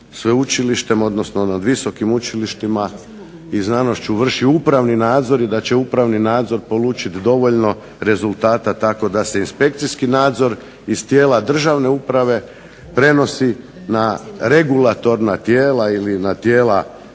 sveučilištem, odnosno nad visokim učilištima i znanošću vrši upravni nadzor i da će upravni nadzor polučiti dovoljno rezultata tako da se inspekcijski nadzor iz tijela državne uprave prenosi na regulatorna tijela ili na tijela